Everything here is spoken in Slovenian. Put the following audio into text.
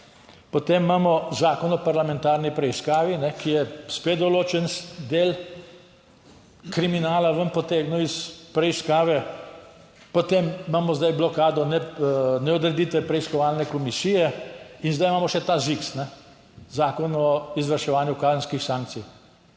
Potem imamo Zakon o parlamentarni preiskavi, ki je spet določen del kriminala ven potegnil iz preiskave, potem imamo zdaj blokado neodreditve preiskovalne komisije in zdaj imamo še ta ZIKS, Zakon o izvrševanju kazenskih sankcij.